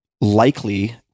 likely